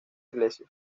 iglesia